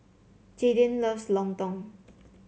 Jaydin loves Lontong